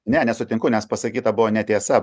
ne nesutinku nes pasakyta buvo netiesa